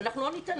לא ניתן.